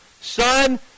Son